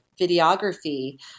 videography